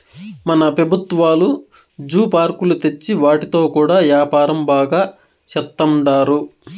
మన పెబుత్వాలు జూ పార్కులు తెచ్చి వాటితో కూడా యాపారం బాగా సేత్తండారు